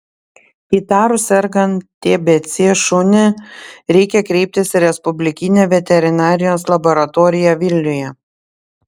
įtarus sergant tbc šunį reikia kreiptis į respublikinę veterinarijos laboratoriją vilniuje